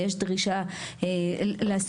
ויש דרישה לעשות,